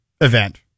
Event